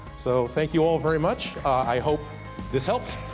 so thank you all very much. i hope this helps.